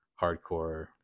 hardcore